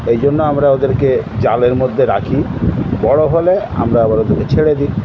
এই জন্য আমরা ওদেরকে জালের মধ্যে রাখি বড়ো হলে আমরা আবার ওদেরকে ছেড়ে দিই